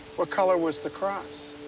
what color was the cross?